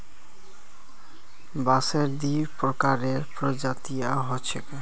बांसेर दी प्रकारेर प्रजातियां ह छेक